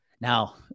Now